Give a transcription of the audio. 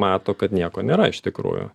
mato kad nieko nėra iš tikrųjų